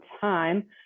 time